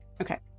okay